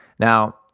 Now